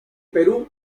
perú